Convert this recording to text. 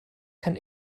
kann